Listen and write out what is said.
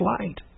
light